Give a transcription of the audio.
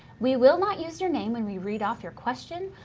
we will not use your name when we read off your question,